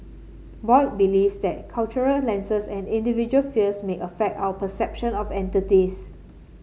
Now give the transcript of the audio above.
boy believes that cultural lenses and individual fears may affect our perception of entities